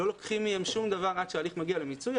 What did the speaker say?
לא לוקחים מהם שום דבר עד שההליך מגיע למיצוי,